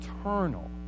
eternal